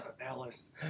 Alice